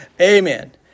amen